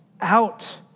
out